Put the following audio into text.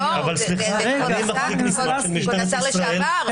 השר לשעבר.